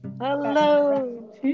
Hello